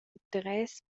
interess